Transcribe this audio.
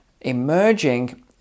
emerging